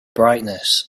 brightness